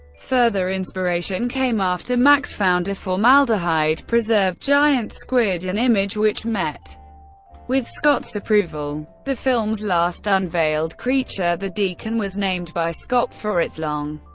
further inspiration came after max found a formaldehyde-preserved giant squid, an image which met with scott's approval. the film's last-unveiled creature, the deacon, was named by scott for its long,